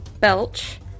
belch